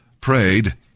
prayed